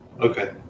Okay